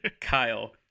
Kyle